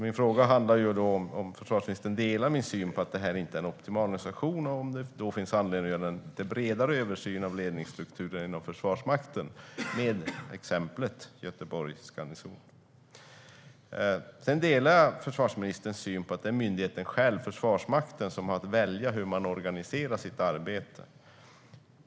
Min fråga är om försvarsministern delar min syn på att detta inte är en optimal organisation och om det finns anledning att göra en lite bredare översyn av ledningsstrukturerna inom Försvarsmakten. Jag delar i stort sett försvarsministerns syn om att det är myndigheten själv, Försvarsmakten, som har att välja hur man organiserar sitt arbete.